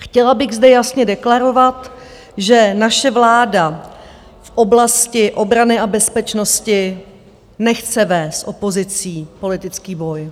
Chtěla bych zde jasně deklarovat, že naše vláda v oblasti obrany a bezpečnosti nechce vést s opozicí politický boj.